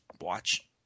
watch